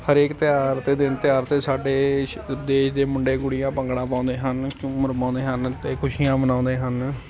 ਹਰੇਕ ਤਿਉਹਾਰ 'ਤੇ ਦਿਨ ਤਿਉਹਾਰ 'ਤੇ ਸਾਡੇ ਸ਼ ਦੇਸ਼ ਦੇ ਮੁੰਡੇ ਕੁੜੀਆਂ ਭੰਗੜਾ ਪਾਉਂਦੇ ਹਨ ਝੂਮਰ ਪਾਉਂਦੇ ਹਨ ਅਤੇ ਖੁਸ਼ੀਆਂ ਮਨਾਉਂਦੇ ਹਨ